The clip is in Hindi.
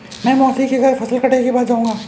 मैं मौसी के घर फसल कटाई के बाद जाऊंगा